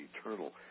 eternal